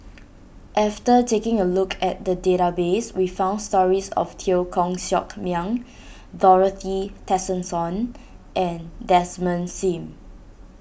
after taking a look at the database we found stories of Teo Koh Sock Miang Dorothy Tessensohn and Desmond Sim